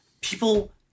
people